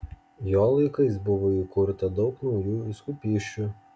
jo laikais buvo įkurta daug naujų vyskupysčių